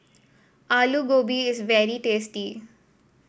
Alu Gobi is very tasty